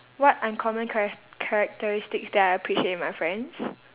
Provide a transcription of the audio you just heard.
what uncommon charac~ characteristics that I appreciate in my friends